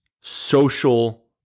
social